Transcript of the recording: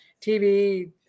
TV